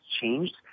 changed